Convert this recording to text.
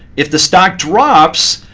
if the stock drops,